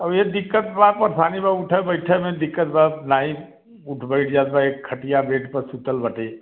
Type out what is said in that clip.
औ एक दिक्कत बा परशानी बा उठै बैठै में दिक्कत बा नाही उठ बैठ जात बा एक खटिया बेड पर सूतल बाटे